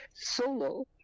solo